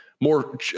more